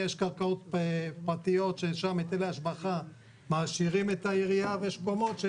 יש קרקעות פרטיות ששם היטל ההשבחה מעשירים את העירייה ויש מקומות,